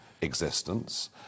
existence